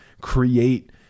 create